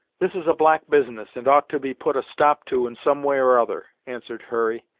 this is a black business, and ought to be put a stop to in some way or other answered hurry,